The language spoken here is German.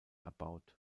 erbaut